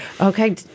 Okay